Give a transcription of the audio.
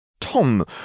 Tom